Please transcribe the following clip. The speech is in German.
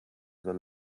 soll